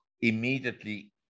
immediately